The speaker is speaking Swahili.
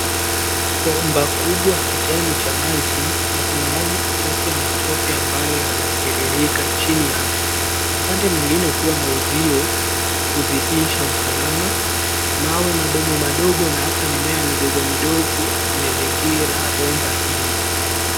Bomba kubwa kijani cha maji na kuna maji machafu ya matope ambayo yanatiririka chini yake. Upande mwengine kuna uzio kuzidisha usalama, mawe madogo madogo na hata mimea midogo midogo imezingira bomba hili.